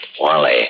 Wally